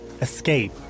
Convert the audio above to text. escape